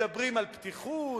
מדברים על פתיחות,